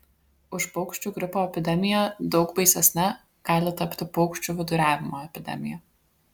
už paukščių gripo epidemiją daug baisesne gali tapti paukščių viduriavimo epidemija